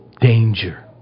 danger